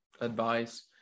advice